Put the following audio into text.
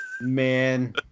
Man